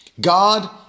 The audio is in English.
God